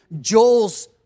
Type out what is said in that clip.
Joel's